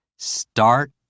Start